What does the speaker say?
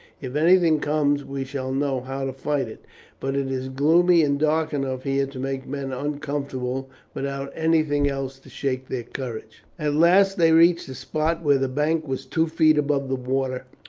if anything comes we shall know how to fight it but it is gloomy and dark enough here to make men uncomfortable without anything else to shake their courage. at last they reached a spot where the bank was two feet above the water,